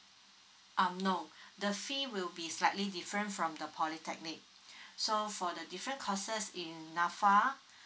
um no the fee will be slightly different from the polytechnic so for the different courses in nafa